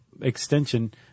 extension